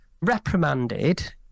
reprimanded